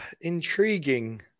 Intriguing